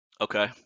Okay